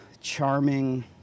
Charming